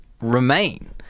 remain